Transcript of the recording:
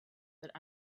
that